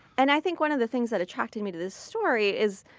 and i think one of the things that attracted me to this story is.